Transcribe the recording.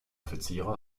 offiziere